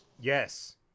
Yes